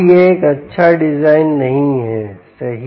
तो यह एक अच्छा डिजाइन नहीं है सही